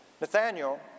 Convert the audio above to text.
Nathaniel